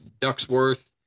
Ducksworth